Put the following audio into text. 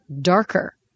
darker